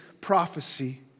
prophecy